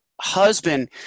Husband